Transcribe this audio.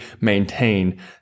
maintain